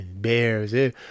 bears